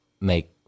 make